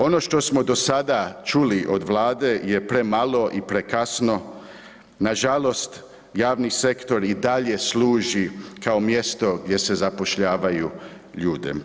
Ono što smo do sada čuli od Vlade je premalo i prekasno, nažalost javni sektor i dalje služi kao mjesto gdje se zapošljavaju ljude.